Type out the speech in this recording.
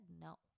no